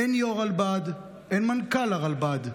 אין יו"ר לרלב"ד, אין מנכ"ל לרלב"ד,